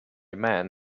man